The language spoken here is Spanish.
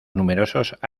numerosos